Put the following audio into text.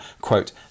quote